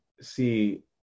see